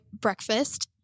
breakfast